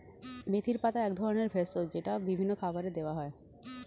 মেথির পাতা এক ধরনের ভেষজ যেটা বিভিন্ন খাবারে দেওয়া হয়